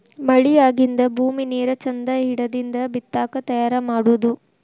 ಮಳಿ ಆಗಿಂದ ಭೂಮಿ ನೇರ ಚಂದ ಹಿಡದಿಂದ ಬಿತ್ತಾಕ ತಯಾರ ಮಾಡುದು